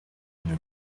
une